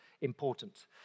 important